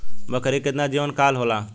बकरी के केतना जीवन काल होला?